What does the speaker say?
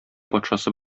патшасы